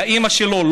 לאימא שלו,